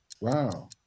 Wow